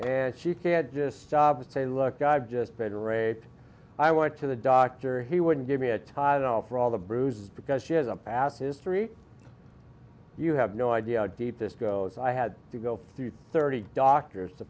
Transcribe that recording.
and she can't just stop say look i've just been raped i went to the doctor he wouldn't give me a title for all the bruises because she has a past history you have no idea deep this goes i had to go through thirty doctors to